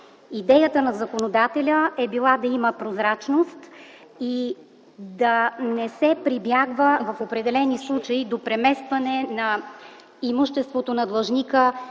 Идеята на законодателя е била да има прозрачност и да не се прибягва в определени случаи до преместване на имуществото на длъжника